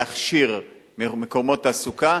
להכשיר מקומות תעסוקה,